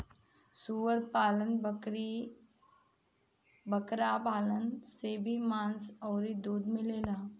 सूअर पालन, बकरी बकरा पालन से भी मांस अउरी दूध मिलेला